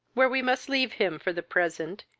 where we must leave him for the present,